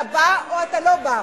אתה בא או אתה לא בא.